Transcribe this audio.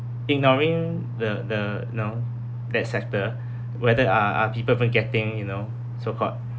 ignoring the the you know that sector whether are are people won't getting you know so-called